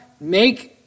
make